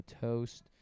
toast